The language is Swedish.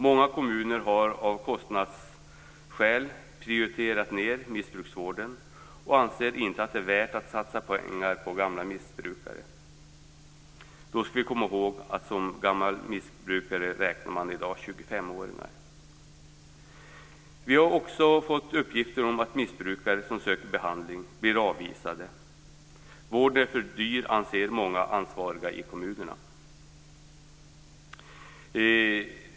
Många kommuner har av kostnadsskäl prioriterat ned missbrukarvården och anser att det inte är värt att satsa pengar på gamla missbrukare. Då skall vi komma ihåg att som gammal missbrukare räknar man i dag 25 Vi har också fått uppgifter om att missbrukare som söker behandling blir avvisade. Vården är för dyr, anser många ansvariga i kommunerna.